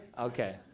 Okay